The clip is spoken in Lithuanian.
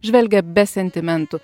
žvelgia be sentimentų